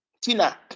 tina